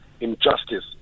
injustice